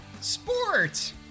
sports